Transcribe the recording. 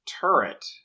turret